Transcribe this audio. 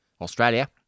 Australia